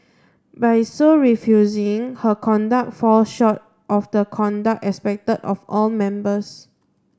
by so refusing her conduct fall short of the conduct expected of all members